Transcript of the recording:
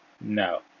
No